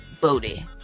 Booty